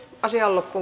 asialla kun